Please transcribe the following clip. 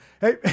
Hey